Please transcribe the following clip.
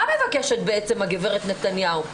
מה מבקשת בעצם הגברת נתניהו?